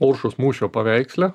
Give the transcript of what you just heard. oršos mūšio paveiksle